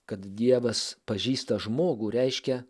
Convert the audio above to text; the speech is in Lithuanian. kad dievas pažįsta žmogų reiškia